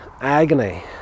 agony